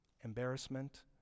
embarrassment